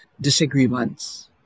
disagreements